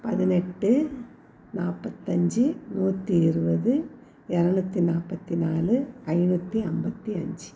பதினெட்டு நாற்பத்தஞ்சி நூற்றி இருபது இரநூத்தி நாற்பத்தி நாலு ஐநூற்றி ஐம்பத்தி அஞ்சு